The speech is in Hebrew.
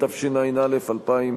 התש"ע 2009,